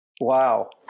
Wow